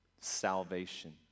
salvation